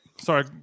sorry